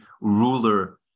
ruler